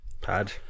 Pad